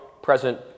Present